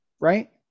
right